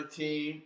team